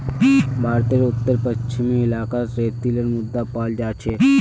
भारतेर उत्तर पश्चिम इलाकात रेतीली मृदा पाल जा छेक